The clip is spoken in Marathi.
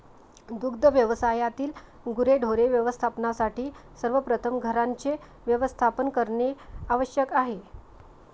दुग्ध व्यवसायातील गुरेढोरे व्यवस्थापनासाठी सर्वप्रथम घरांचे व्यवस्थापन करणे आवश्यक आहे